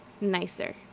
nicer